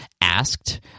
asked